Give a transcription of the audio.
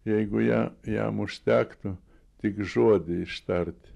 jeigu ją jam užtektų tik žodį ištart